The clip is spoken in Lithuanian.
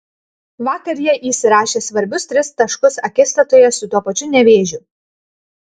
vakar jie įsirašė svarbius tris taškus akistatoje su tuo pačiu nevėžiu